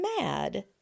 mad